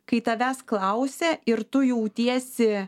kai tavęs klausia ir tu jautiesi